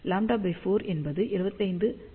λ 4 என்பது 75 செ